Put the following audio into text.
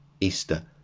easter